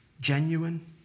Genuine